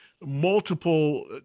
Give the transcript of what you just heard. multiple